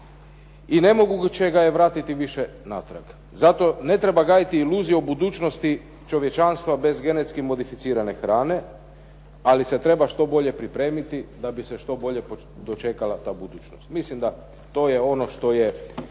i nemoguće ga je vratiti više natrag. Zato ne treba gajiti iluzije o budućnosti čovječanstva bez genetski modificirane hrane, ali se treba što bolje pripremiti da bi se što bolje dočekala ta budućnost. Mislim da to je ono što je